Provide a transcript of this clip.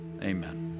amen